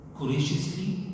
courageously